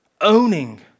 owning